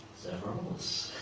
zafiropoulos.